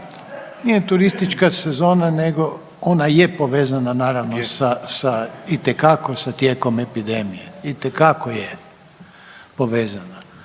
Nije turistička sezona, nego ona je povezana naravno sa itekako tijekom epidemije, itekako je povezana,